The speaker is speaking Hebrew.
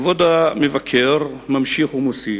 כבוד המבקר ממשיך ומוסיף: